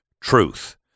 truth